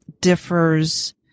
differs